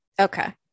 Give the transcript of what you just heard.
okay